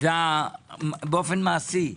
מעשית,